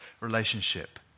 relationship